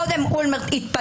קודם כל יתפטר.